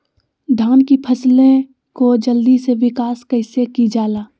धान की फसलें को जल्दी से विकास कैसी कि जाला?